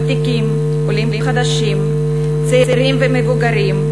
ותיקים, עולים חדשים, צעירים ומבוגרים,